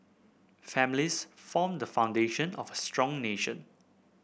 families form the foundation of a strong nation